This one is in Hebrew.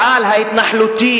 ב-50%.